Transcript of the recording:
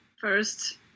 first